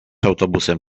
autobusem